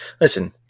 listen